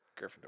Gryffindor